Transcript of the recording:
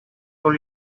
all